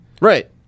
Right